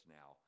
now